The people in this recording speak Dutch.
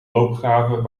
loopgraven